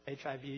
HIV